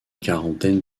quarantaine